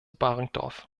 baringdorf